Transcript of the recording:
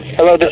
Hello